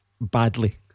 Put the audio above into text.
Badly